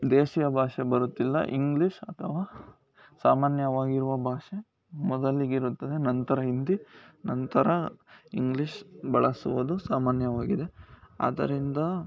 ದೇಶೀಯ ಭಾಷೆ ಬರುತ್ತಿಲ್ಲ ಇಂಗ್ಲೀಷ್ ಅಥವಾ ಸಾಮಾನ್ಯವಾಗಿರುವ ಭಾಷೆ ಮೊದಲಿಗಿರುತ್ತದೆ ನಂತರ ಹಿಂದಿ ನಂತರ ಇಂಗ್ಲಿಷ್ ಬಳಸುವುದು ಸಾಮಾನ್ಯವಾಗಿದೆ ಆದ್ದರಿಂದ